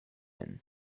been